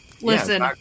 Listen